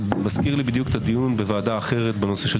זה מזכיר לי בדיוק את הדיון בוועדה אחרת בנושא של